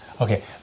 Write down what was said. Okay